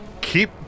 keep